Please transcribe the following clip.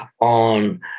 on